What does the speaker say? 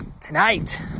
tonight